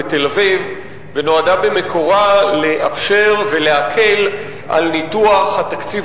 בתל-אביב ונועדה במקורה לאפשר ולהקל על ניתוח התקציב